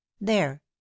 There